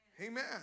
Amen